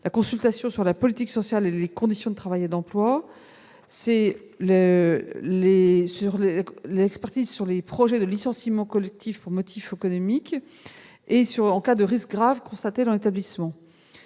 la consultation sur la politique sociale et les conditions de travail et d'emploi ; les expertises sur les projets de licenciements collectifs pour motif économique ; en cas de risques graves constatés dans l'établissement.